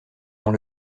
dans